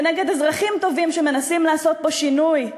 ונגד אזרחים טובים שמנסים לעשות פה שינוי.